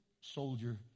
soldier